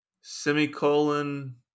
semicolon